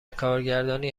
کارگردانی